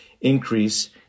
increase